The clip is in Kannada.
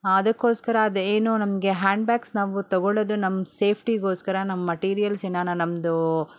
ಅದಕ್ಕೋಸ್ಕರ ಅದು ಏನೂ ನಮಗೆ ಹ್ಯಾಂಡ್ ಬ್ಯಾಗ್ಸ್ ನಾವು ತಗೊಳ್ಳೋದು ನಮ್ಮ ಸೇಫ್ಟಿಗೋಸ್ಕರ ನಮ್ಮ ಮಟೀರಿಯಲ್ಸ್ ಏನಾರು ನಮ್ಮದು